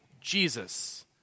Jesus